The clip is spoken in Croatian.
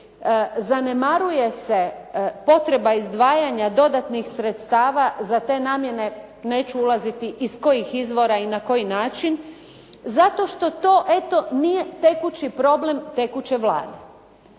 zanemaruje se potreba izdvajanja dodatnih sredstava za te namjene, neću ulaziti iz kojih izvora i na koji način zato što to, eto nije tekući problem tekuće Vlade.